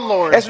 Lord